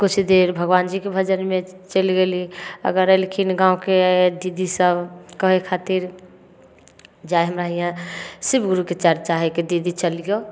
किछु देर भगवानजीके भजनमे चलि गेली अगर अएलखिन गामके दीदीसभ कहै खातिर जे आइ हमरा हिआँ शिवगुरुके चर्चा हइके दीदी चलिऔ